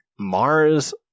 Mars